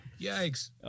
Yikes